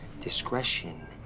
Discretion